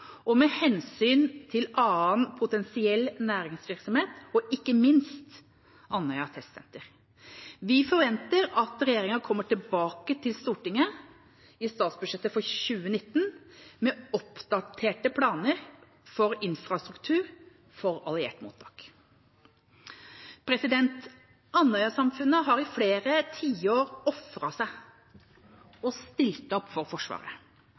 og med hensyn til annen potensiell næringsvirksomhet og ikke minst Andøya Test Center. Vi forventer at regjeringa kommer tilbake til Stortinget i statsbudsjettet for 2019 med oppdaterte planer for infrastruktur for alliert mottak. Andøya-samfunnet har i flere tiår ofret seg og stilt opp for Forsvaret.